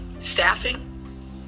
staffing